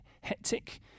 hectic